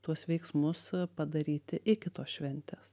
tuos veiksmus padaryti iki tos šventės